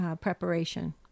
preparation